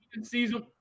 season